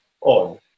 on